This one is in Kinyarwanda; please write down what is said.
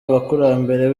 abakurambere